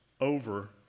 over